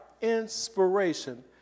inspiration